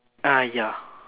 uh ya